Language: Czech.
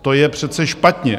To je přece špatně.